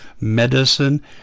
Medicine